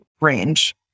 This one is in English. range